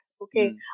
Okay